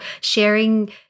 sharing